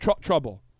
trouble